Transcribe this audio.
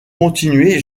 continué